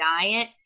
diet